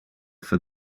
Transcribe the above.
for